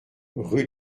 rue